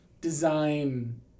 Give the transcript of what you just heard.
design